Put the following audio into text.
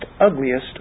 ugliest